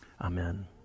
Amen